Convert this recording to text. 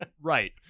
right